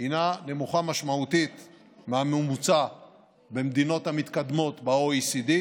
נמוכה משמעותית מהממוצע במדינות המתקדמות ב-OECD,